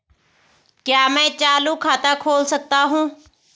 क्या मैं चालू खाता खोल सकता हूँ?